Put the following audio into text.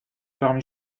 parmi